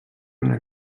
una